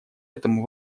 этому